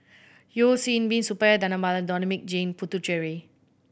Yeo Hwee Bin Suppiah Dhanabalan and Dominic Jim Puthucheary